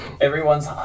Everyone's